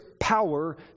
power